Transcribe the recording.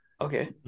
Okay